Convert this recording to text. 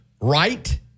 right